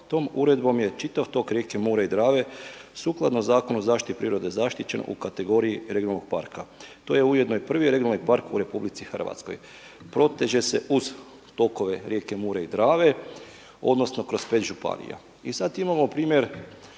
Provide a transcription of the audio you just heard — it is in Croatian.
Tom uredbom je čitav tok rijeke Mure i Drave sukladno Zakonu o zaštiti prirode zaštićen u kategoriji regionalnog parka. To je ujedno i prvi regionalni park u RH. Proteže se uz tokove rijeke Mure i Drave, odnosno kroz pet županija. I sad imamo primjer